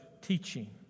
teaching